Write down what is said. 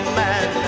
man